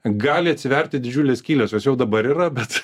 gali atsiverti didžiulės skylės jos jau dabar yra bet